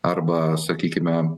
arba sakykime